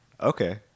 Okay